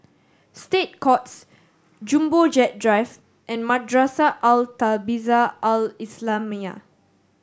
State Courts Jumbo Jet Drive and Madrasah Al Tahzibiah Al Islamiah